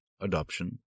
adoption